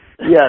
Yes